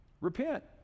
repent